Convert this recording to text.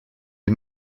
les